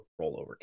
rollover